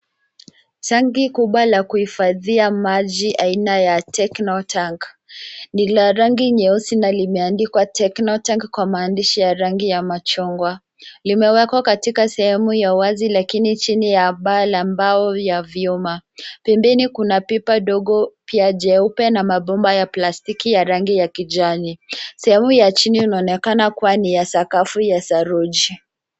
Tanki kubwa la kuhifadhia maji aina ya Techno-Tank. Lina rangi nyeusi na limeandikwa Techno-Tank kwa maandishi ya rangi ya machungwa. Limewekwa katika sehemu ya uwazi lakini chini ya baa la mbao ya vyuma. Pembeni kuna pipa ndogo pia jeupe na mabomba ya plastiki ya rangi ya kijani. Sehemu ya chini inaonekana kuwa ni ya sakafu ya saruji.